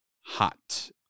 hot